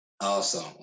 Awesome